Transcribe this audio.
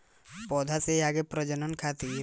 पौधा से आगे के प्रजनन खातिर का करे के पड़ी?